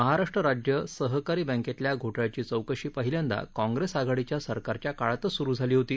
महाराष्ट्र राज्य सहकारी बँकेतल्या घोटाळ्याची चौकशी पहिल्यांदा काँग्रेस आघाडीच्या सरकारच्या काळातच सुरु झाली होती